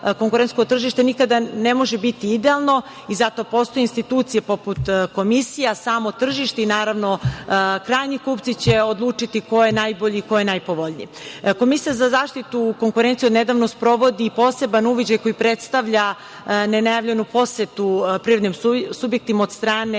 konkurentsko tržište nikada ne može biti idealno i zato postoje institucije poput komisija, samo tržište i, naravno, krajnji kupci će odlučiti ko je najbolji, ko je najpovoljniji. Komisija za zaštitu konkurencije odnedavno sprovodi i poseban uviđaj koji predstavlja nenajavljenu posetu privrednim subjektima od strane